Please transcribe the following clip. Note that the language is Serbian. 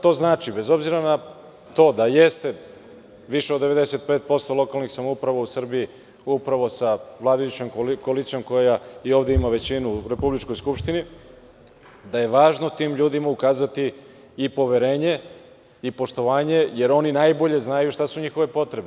To znači, bez obzira na to, da jeste više od 95% lokalnih samouprava u Srbiji, upravo sa vladajućom koalicijom, koja i ovde ima većinu u Republičkoj skupštini, da je važno tim ljudima ukazati i poverenje i poštovanje, jer oni najbolje znaju šta su njihove potrebe.